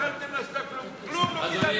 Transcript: כלום לא,